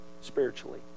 spiritually